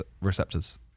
receptors